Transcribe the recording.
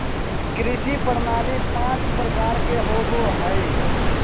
कृषि प्रणाली पाँच प्रकार के होबो हइ